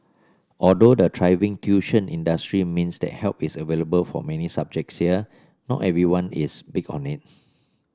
although the thriving tuition industry means that help is available for many subjects here not everyone is big on it